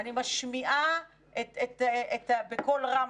אני משמיעה בקול רם,